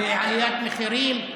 בעליית מחירים,